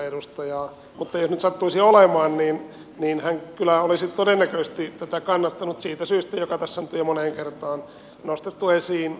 mutta jos nyt sattuisi olemaan niin hän kyllä olisi todennäköisesti tätä kannattanut siitä syystä joka tässä nyt on jo moneen kertaan nostettu esiin